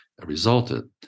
resulted